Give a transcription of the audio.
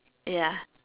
ya